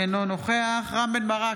אינו נוכח רם בן ברק,